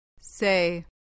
Say